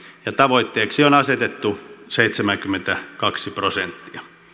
ja tavoitteeksi on asetettu seitsemänkymmentäkaksi prosenttia